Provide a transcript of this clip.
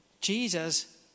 Jesus